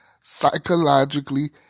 psychologically